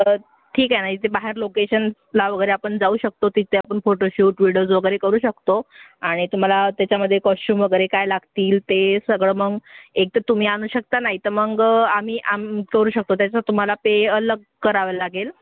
तर ठीक आहे ना इथे बाहेर लोकेशनला वगैरे आपण जाऊ शकतो तिथे आपण फोटोशूट व्हिडिओज वगैरे करू शकतो आणि तुम्हाला त्याच्यामध्ये कॉस्च्युम वगैरे काय लागतील ते सगळं मग एक तर तुम्ही आणू शकता नाही तर मग आम्ही आम करू शकतो त्याचा तुम्हाला पे अलग करावं लागेल